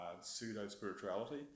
pseudo-spirituality